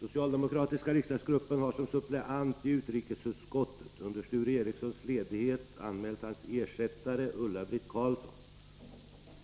Socialdemokratiska riksdagsgruppen har som suppleant i utrikesutskottet under Sture Ericsons ledighet anmält hans ersättare Ulla-Britt Carlsson